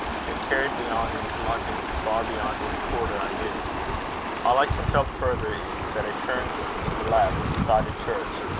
they carried me on into london, far beyond any quarter i knew all i can tell further is, that i turned to the left beside a church,